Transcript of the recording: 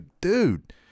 dude